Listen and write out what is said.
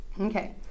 Okay